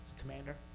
Commander